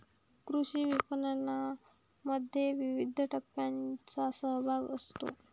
कृषी विपणनामध्ये विविध टप्प्यांचा सहभाग असतो